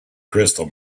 crystal